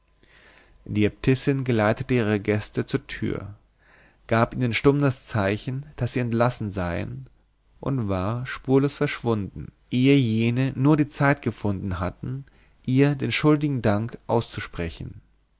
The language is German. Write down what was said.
die äbtissin geleitete ihre gäste zur tür gab ihnen stumm das zeichen daß sie entlassen seien und war spurlos verschwunden ehe jene nur zeit gefunden hatten ihr den schuldigen dank auszusprechen